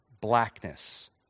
Blackness